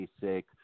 basic